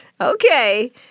Okay